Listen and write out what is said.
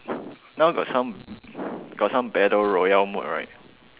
now got some got some battle royale mode right